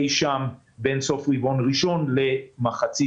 או אי-שם בין סוף הרבעון הראשון למחצית